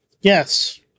Yes